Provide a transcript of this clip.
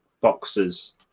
boxes